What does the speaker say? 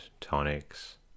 tonics